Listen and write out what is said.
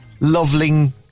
loveling